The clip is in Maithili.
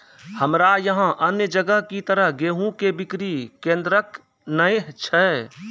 हमरा यहाँ अन्य जगह की तरह गेहूँ के बिक्री केन्द्रऽक नैय छैय?